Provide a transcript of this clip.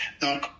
Donc